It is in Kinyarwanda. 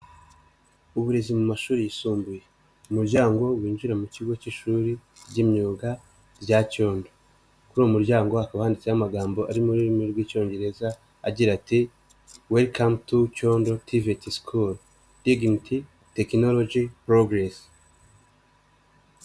Uburezi mu mashuri yisumbuye. Umuryango winjira mu kigo cy'ishuri ry'imyuga rya Cyondo, kuri uyu muryango hakaba handitseho amagambo ari mu rurimi rw'Icyongereza agira ati: "welikamu tu Cyondo Tiveti sikuru, diginiti, Tekinoloji , poroguresi".